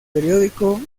periódico